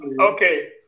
Okay